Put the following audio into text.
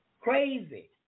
Crazy